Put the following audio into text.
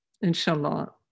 inshallah